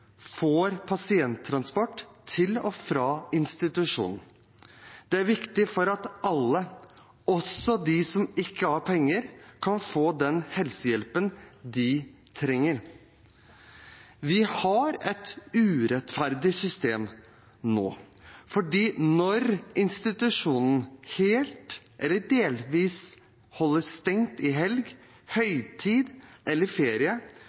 får pasienttransport til og fra institusjonen. Det er viktig for at alle, også de som ikke har penger, kan få den helsehjelpen de trenger. Vi har et urettferdig system nå fordi når institusjonen helt eller delvis holder stengt i helg, høytid eller ferie,